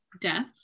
death